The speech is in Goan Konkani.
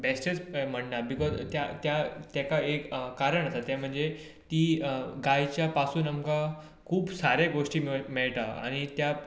बेश्टेंच म्हणना बिकोज किद्याक तेका एक कारण आसा ते म्हणजे ती गायच्या पासून आमकां खुब सारे गोश्टी मेळटा आनी त्या